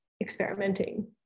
experimenting